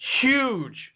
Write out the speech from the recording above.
Huge